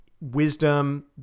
wisdom